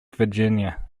virginia